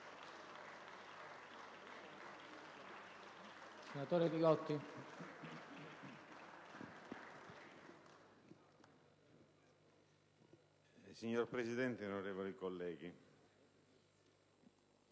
Signor Presidente, onorevoli colleghi,